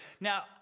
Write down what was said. Now